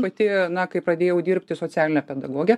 pati na kai pradėjau dirbti socialine pedagoge